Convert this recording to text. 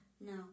no